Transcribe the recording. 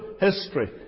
history